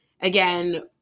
again